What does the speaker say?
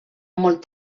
molt